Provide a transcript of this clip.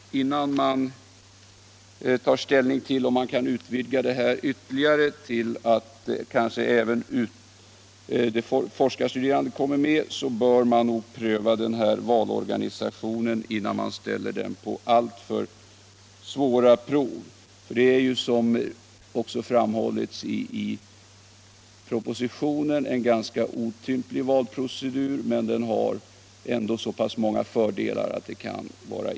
Innan man tar ställning till om detta kan utvidgas till att även forskarsidan kommer med bör man nog pröva denna valorganisation. Den bör inte ställas på alltför svåra prov dessförinnan. Herr talman!